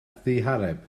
ddihareb